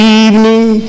evening